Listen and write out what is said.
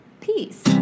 peace